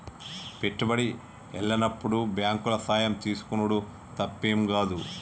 పెట్టుబడి ఎల్లనప్పుడు బాంకుల సాయం తీసుకునుడు తప్పేం గాదు